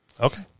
Okay